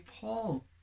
Paul